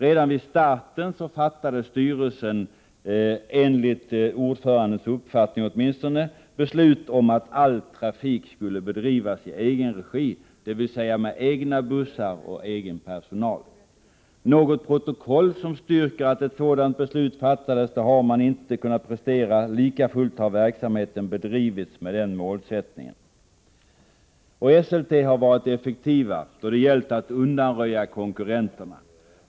Redan vid starten fattade styrelsen — åtminstone enligt ordförandens uppfattning — beslut om att all trafik skulle bedrivas i egen regi, dvs. med egna bussar och egen personal. Något protokoll som styrker att ett sådant beslut fattats har man inte kunnat presentera. Likafullt har verksamheten bedrivits med denna målsättning. SLT har varit effektivt då det gällt att undanröja konkurrenterna.